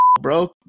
bro